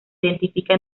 identifica